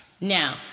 Now